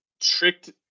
tricked